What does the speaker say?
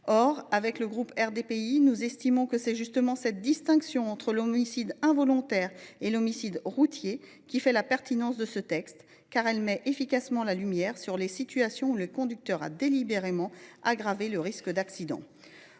Or le groupe RDPI estime que c’est justement cette distinction entre l’homicide involontaire et l’homicide routier qui fait la pertinence de ce texte, car elle met efficacement la lumière sur les situations où le conducteur a délibérément aggravé le risque d’accident.